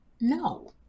No